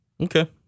Okay